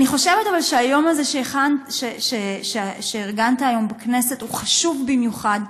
אבל אני חושבת שהיום הזה שארגנת היום בכנסת הוא חשוב במיוחד,